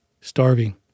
starving